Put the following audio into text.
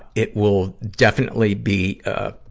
it will definitely be, ah, ah,